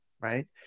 right